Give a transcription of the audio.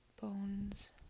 bones